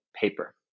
paper